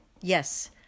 Yes